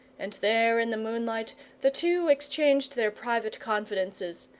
and there in the moonlight the two exchanged their private confidences,